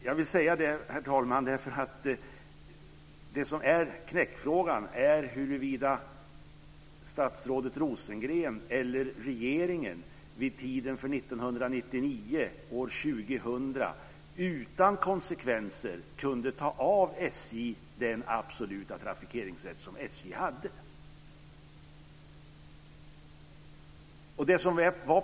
Jag vill säga detta, herr talman, för knäckfrågan är huruvida statsrådet Rosengren eller regeringen vid tiden 1999/2000 utan konsekvenser kunde ta ifrån SJ den absoluta trafikeringsrätt som SJ hade.